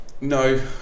No